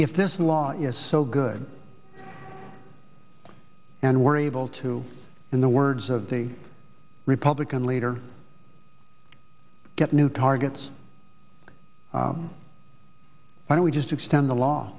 if this law is so good and we're able to in the words of the republican leader get new targets why don't we just extend the law